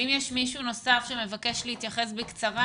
אם יש מישהו נוסף שמבקש להתייחס בקצרה,